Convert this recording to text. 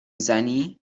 زنی